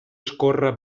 escórrer